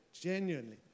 genuinely